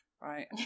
right